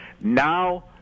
Now